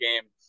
game